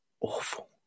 awful